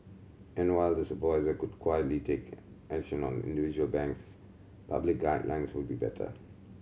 and while the supervisor could quietly take action on individual banks public guidelines would be better